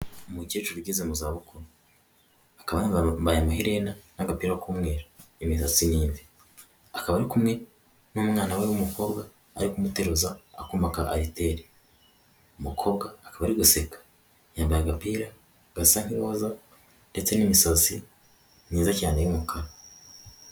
Umukecuru ugeze mu za bukuru, akaba yambaye amaherena n' akapira k'umweru imitsi ni imvi, akaba ari kumwe n'umwana we w'umukobwa ari kumuteruza akuma ka ariteri, umukobwa ari gaseka, yambaye agapira gasa n'iroza ndetse n'imisazi myiza cyane y'umukara.